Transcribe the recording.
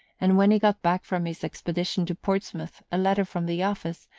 and when he got back from his expedition to portsmouth a letter from the office,